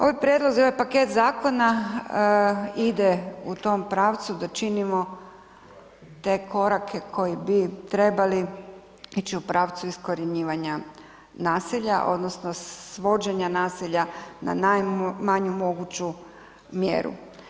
Ovaj prijedlozi, ovaj paket zakona ide u tom pravcu da činimo te korake koji bi trebali ići u pravcu iskorjenjivanja nasilja, odnosno svođenja nasilja na najmanju moguću mjeru.